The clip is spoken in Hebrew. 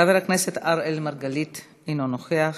חבר הכנסת אראל מרגלית, אינו נוכח,